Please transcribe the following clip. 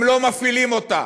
הם לא מפעילים אותה.